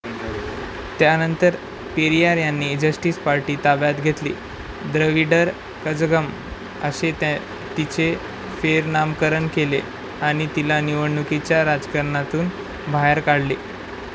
त्यानंतर पेरियार यांनी Justice Party ताब्यात घेतली द्रविडर कझगम असे त्या तिचे फेरनामकरण केले आणि तिला निवडणुकीच्या राजकारणातून बाहेर काढले